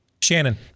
Shannon